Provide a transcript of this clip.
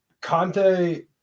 Conte